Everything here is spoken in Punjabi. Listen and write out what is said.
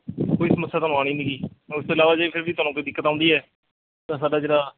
ਕੋਈ ਸਮੱਸਿਆ ਤੁਹਾਨੂੰ ਆਉਣੀ ਨਹੀਂ ਜੀ ਉਸ ਤੋਂ ਇਲਾਵਾ ਜੇ ਫਿਰ ਵੀ ਤੁਹਾਨੂੰ ਕੋਈ ਦਿੱਕਤ ਆਉਂਦੀ ਹੈ ਤਾਂ ਸਾਡਾ ਜਿਹੜਾ